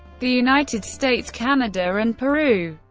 the united states, canada, and peru.